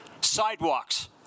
sidewalks